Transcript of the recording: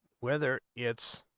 whether it's